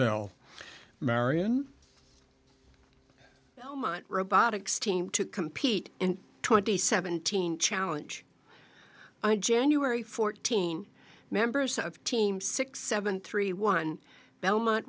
ill marion robotics team to compete in twenty seventeen challenge january fourteen members of team six seven three one belmont